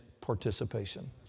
participation